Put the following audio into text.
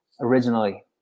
originally